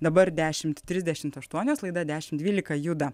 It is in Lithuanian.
dabar dešimt trisdešim aštuonios laida dešimt dvylika juda